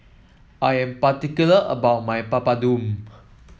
I am particular about my Papadum